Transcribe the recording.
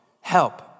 help